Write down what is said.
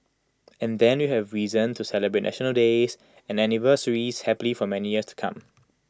and then we'll have reason to celebrate national days and anniversaries happily for many years to come